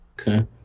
Okay